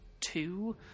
two